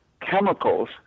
chemicals